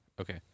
okay